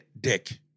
Dick